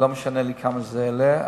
ולא משנה לי כמה זה יעלה.